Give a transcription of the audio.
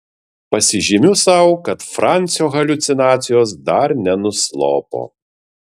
pasižymiu sau kad francio haliucinacijos dar nenuslopo